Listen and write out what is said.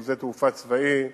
שהוא שדה תעופה צבאי משוכלל,